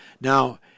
Now